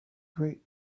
great